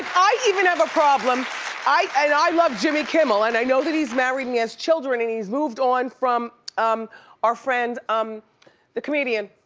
i even have a problem, and i love jimmy kimmel and i know that he's married and he has children and he's moved on from um our friend, um the comedian.